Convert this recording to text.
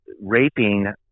raping